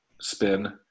spin